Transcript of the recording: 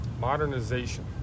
modernization